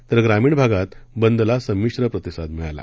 तर ग्रामीण भागात बंदला संमिश्र प्रतिसाद मिळाला